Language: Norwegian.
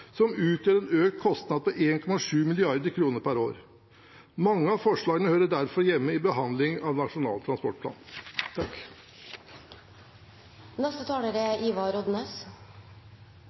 som utgjør en økt kostnad på 1,7 mrd. kr per år. Mange av forslagene hører derfor hjemme i behandlingen av Nasjonal transportplan.